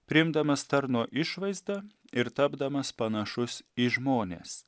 priimdamas tarno išvaizdą ir tapdamas panašus į žmones